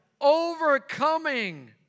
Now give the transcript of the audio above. overcoming